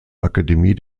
akademie